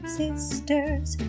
sisters